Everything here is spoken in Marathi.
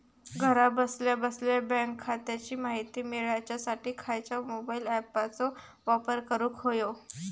घरा बसल्या बसल्या बँक खात्याची माहिती मिळाच्यासाठी खायच्या मोबाईल ॲपाचो वापर करूक होयो?